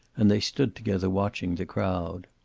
and they stood together watching the crowd.